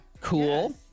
Cool